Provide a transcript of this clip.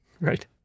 Right